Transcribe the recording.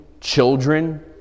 children